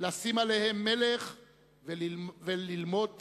לשים עליהם מלך וללמוד צחוק'".